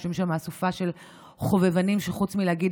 יושבים שם אסופה של חובבנים שחוץ מלהגיד